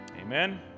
amen